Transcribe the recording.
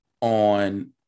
on